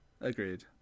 Agreed